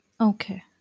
Okay